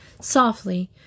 Softly